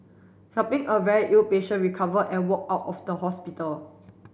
helping a very ill patient recover and walk out of the hospital